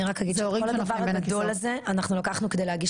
אני רק אגיד שאת כל הדבר הגדול הזה אנחנו לקחנו כדי להגיש